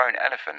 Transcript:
elephant